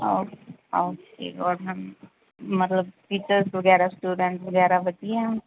ਓ okay ਔਰ ma'am ਮਤਲਬ teachers ਵਗੈਰਾ ਸਟੂਡੈਂਟ ਵਗੈਰਾ ਵਧੀਆ